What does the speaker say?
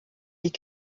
die